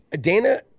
Dana